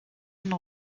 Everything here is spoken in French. une